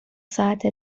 ساعت